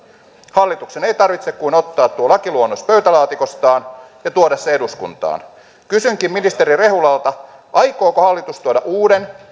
hallituksen ei tarvitse kuin ottaa tuo lakiluonnos pöytälaatikostaan ja tuoda se eduskuntaan kysynkin ministeri rehulalta aikooko hallitus tuoda uuden